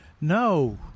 No